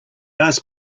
ask